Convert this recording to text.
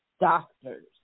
doctors